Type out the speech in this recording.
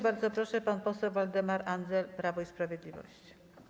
Bardzo proszę, pan poseł Waldemar Andzel, Prawo i Sprawiedliwość.